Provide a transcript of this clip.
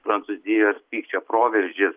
prancūzijos pykčio proveržis